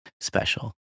special